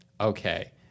okay